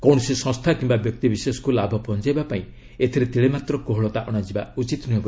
କୌଣସି ସଂସ୍ଥା କିମ୍ବା ବ୍ୟକ୍ତିବିଶେଷକୁ ଲାଭ ପହଞ୍ଚାଇବା ପାଇଁ ଏଥିରେ ତିଳେମାତ୍ର କୋହଳତା ଅଣାଯିବା ଉଚିତ ନୁହେଁ